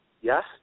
yes